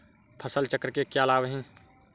फसल चक्र के क्या लाभ हैं?